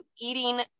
eating